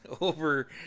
over